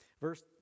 Verse